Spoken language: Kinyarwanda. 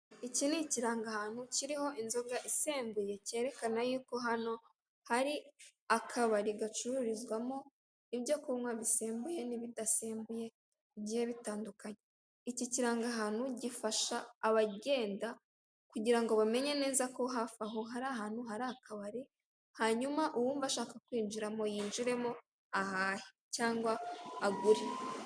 Iki ni ikirangahantu kiriho inzoga isembuye kerekana y'uko hano hari akabari gacururizwamo ibyo kunywa ibisembuye n'ibidasembuye bigiye bitandukanye, iki kirangahantu gifasha abagenda kugira ngo bamenye neza ko hafi hari akabari hanyuma wumva ko ashaka kwinjiramo ahahe cyangwa agure.